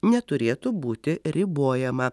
neturėtų būti ribojama